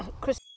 Chris